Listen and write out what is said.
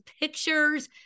pictures